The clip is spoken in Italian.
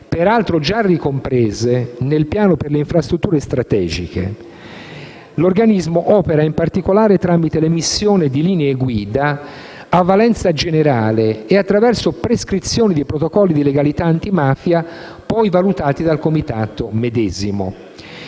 peraltro già ricomprese nel piano per le infrastrutture strategiche. L'organismo opera, in particolare, tramite l'emissione di linee guida a valenza generale e attraverso prescrizioni di protocolli di legalità antimafia poi valutati dal Comitato medesimo.